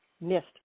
missed